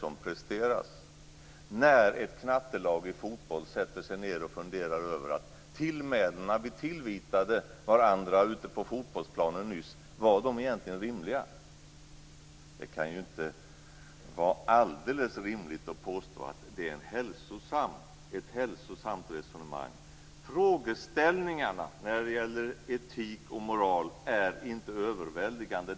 Om ett knattelag i fotboll sätter sig ned och funderar över om de tillmälen som man nyss tillvitade varandra ute på fotbollsplanen egentligen var rimliga kan det inte vara alldeles rimligt att påstå att det är ett hälsosamt resonemang. Frågeställningarna när det gäller etik och moral är inte överväldigande.